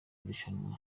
irushanwa